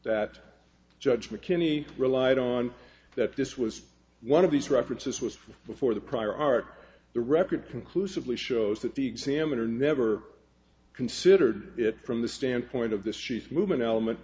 that judge mckinney relied on that this was one of these references was from before the prior art the record conclusively shows that the examiner never considered it from the standpoint of this chief movement element